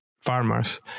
farmers